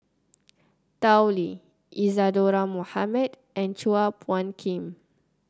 Tao Li Isadhora Mohamed and Chua Phung Kim